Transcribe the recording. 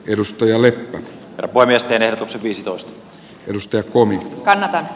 edustaja leppä alkoi miesten viisitoista edustaja koominen kannata